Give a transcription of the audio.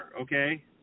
okay